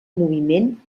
moviment